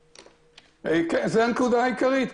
זו הנקודה העיקרית.